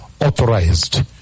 authorized